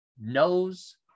knows